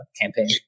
campaign